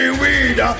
weed